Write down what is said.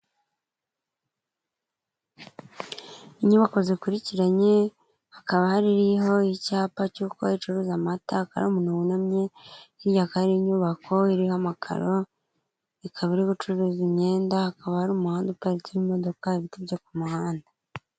Inyubako zikurikiranye hakaba hari iriho icyapa cy'uko icuruza amata hakaba hari umuntu wunamye, hirya hakana hari inyubako iriho amakaro, ikaba iri gucuruza imyenda, hakaba hari umuhanda uparitsemo imodoka, ibiti byo ku muhanda.